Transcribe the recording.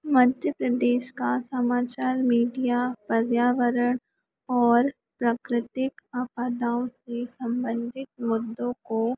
मध्य प्रदेश का समाचार मीडिया पर्यावरण और प्राकृतिक आपदाओं से संबंधित मुद्दों को